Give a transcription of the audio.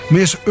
Miss